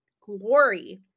glory